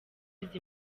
izi